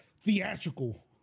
theatrical